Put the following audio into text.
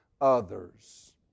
others